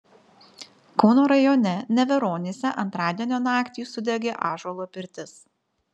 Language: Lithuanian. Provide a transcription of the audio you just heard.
kauno rajone neveronyse antradienio naktį sudegė ąžuolo pirtis